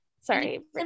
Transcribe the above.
sorry